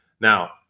Now